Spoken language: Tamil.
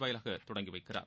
வாயிலாக தொடங்கி வைக்கிறார்